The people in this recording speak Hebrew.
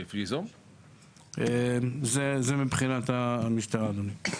זה מבחינת המשטרה, אדוני.